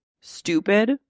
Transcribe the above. stupid